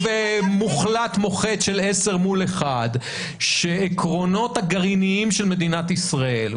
מוחלט מוחץ של 10 מול אחד שהעקרונות הגרעיניים של מדינת ישראל,